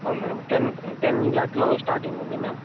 అవును madam ten ten లాక్స్లో starting ఉంది మ్యామ్